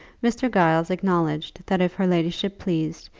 mr. giles acknowledged that if her ladyship pleased,